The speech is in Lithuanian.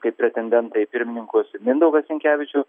kaip pretendentą į pirmininkus mindaugą sinkevičių